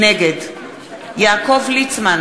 נגד יעקב ליצמן,